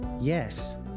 Yes